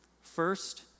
First